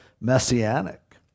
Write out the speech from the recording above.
messianic